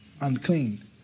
unclean